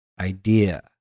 idea